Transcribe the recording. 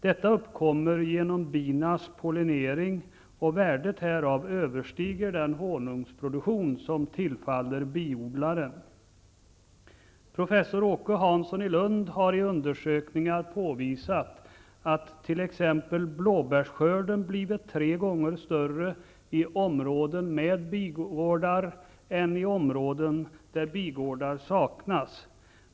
Detta uppkommer genom binas pollenering och värdet härav överstiger värdet av den honungsproduktion som tillfaller biodlaren. Professor Åke Hansson i Lund har i undersökningar påvisat att t.ex. blåbärsskörden blivit tre gånger större i områden med bigårdar än i områden där bigårdar saknas.